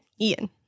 Ian